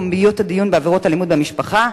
פומביות הדיון בעבירות אלימות במשפחה),